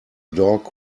dog